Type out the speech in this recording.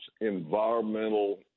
environmental